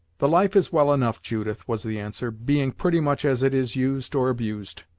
the life is well enough, judith, was the answer, being pretty much as it is used or abused.